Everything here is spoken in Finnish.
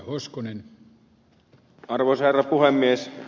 arvoisa herra puhemies